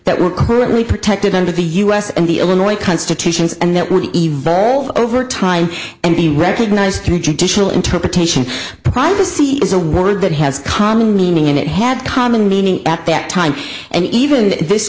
that were currently protected under the u s and the illinois constitutions and that would evoke over time and be recognized to judicial interpretation privacy is a word that has common meaning and it had common meaning at that time and even t